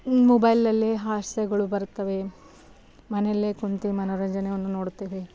ಮೊಬೈಲಲ್ಲೇ ಹಾಸ್ಯಗಳು ಬರ್ತವೆ ಮನೇಲೇ ಕುಂತು ಮನೋರಂಜನೆಯನ್ನು ನೋಡ್ತೇವೆ